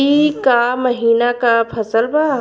ई क महिना क फसल बा?